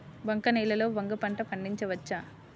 బంక నేలలో వంగ పంట పండించవచ్చా?